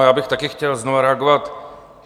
Já bych taky chtěl znovu reagovat.